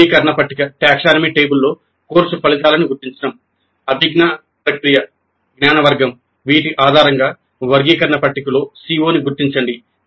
వర్గీకరణ పట్టిక జ్ఞాన వర్గం వీటి ఆధారంగా వర్గీకరణ పట్టికలో CO ని గుర్తించండి